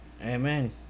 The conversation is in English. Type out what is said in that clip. Amen